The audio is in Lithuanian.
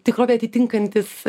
tikrovę atitinkantis